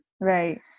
Right